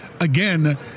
again